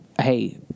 Hey